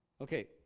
Okay